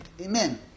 Amen